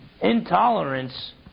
intolerance